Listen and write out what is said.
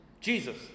Jesus